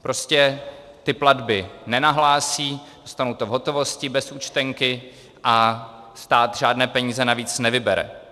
Prostě ty platby nenahlásí, dostanou to v hotovosti, bez účtenky a stát žádné peníze navíc nevybere.